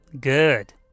Good